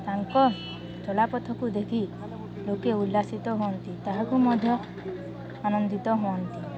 ତାଙ୍କ ଚଲାପଥକୁ ଦେଖି ଲୋକେ ଉଲ୍ଲାସିତ ହୁଅନ୍ତି ତାହାକୁ ମଧ୍ୟ ଆନନ୍ଦିତ ହୁଅନ୍ତି